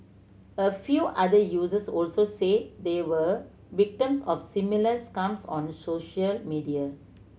a few other users also said they were victims of similar scams on social media